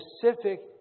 specific